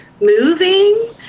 moving